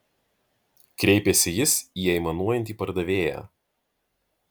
kreipėsi jis į aimanuojantį pardavėją